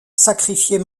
sacrifier